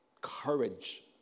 Courage